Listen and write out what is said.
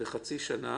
בחצי שנה